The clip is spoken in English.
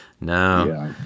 no